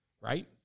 right